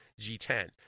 g10